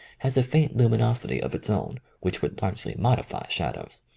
has a faint luminosity of its own, which would largely modify shadows.